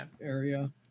area